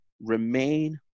remain